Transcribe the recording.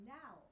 now